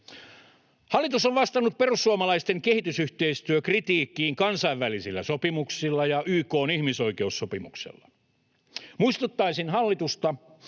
Hallitus on vastannut perussuomalaisten kehitysyhteistyökritiikkiin kansainvälisillä sopimuksilla ja YK:n ihmisoikeussopimuksella. Muistuttaisin hallitusta,